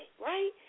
Right